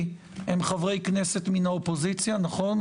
הם חברי כנסת מהאופוזיציה נכון?